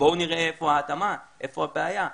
בואו נראה איפה ההתאמה, איפה הבעיה.